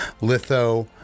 litho